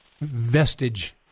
vestige